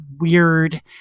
weird